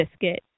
biscuit